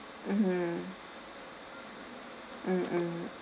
mmhmm mmhmm